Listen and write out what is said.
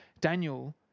Daniel